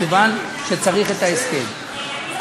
מכיוון שצריך את ההסכם.